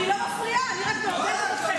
אני לא מפריעה, אני רק מעודדת אתכם.